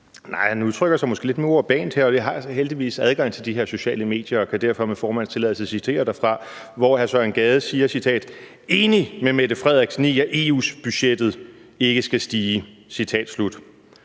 Nej, han udtrykker sig måske lidt mere urbant, og jeg har heldigvis adgang til de her sociale medier og kan derfor med formandens tilladelse citere derfra, hvor hr. Søren Gade siger, og jeg citerer: Enig med Mette Frederiksen i, at EU-budgettet ikke skal stige. Citat slut.